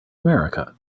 america